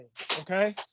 Okay